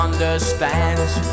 understands